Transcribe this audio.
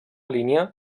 línia